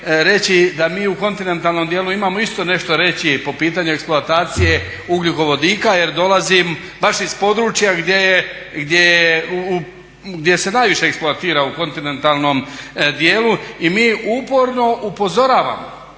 da mi u kontinentalnom dijelu imamo isto nešto reći po pitanju eksploatacije ugljikovodika jer dolazim baš iz područja gdje se najviše eksploatira u kontinentalnom dijelu i mi uporno upozoravamo